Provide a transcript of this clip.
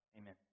amen